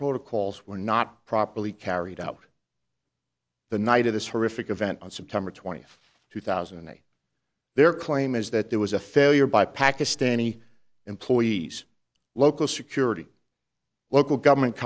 protocols were not properly carried out the night of this horrific event on september twentieth two thousand and eight their claim is that there was a failure by pakistani employees local security local government